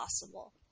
possible